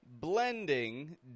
Blending